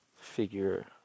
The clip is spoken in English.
figure